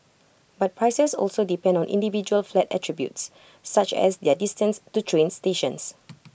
but prices also depend on individual flat attributes such as their distance to train stations